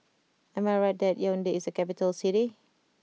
am I right that Yaounde is a capital city